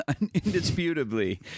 indisputably